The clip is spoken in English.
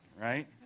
right